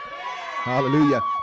Hallelujah